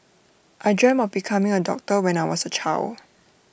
I dreamt of becoming A doctor when I was A child